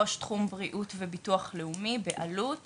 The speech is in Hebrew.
ראש תחום בריאות וביטוח לאומי באלו"ט